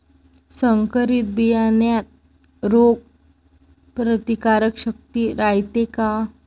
संकरित बियान्यात रोग प्रतिकारशक्ती रायते का?